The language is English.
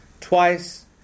twice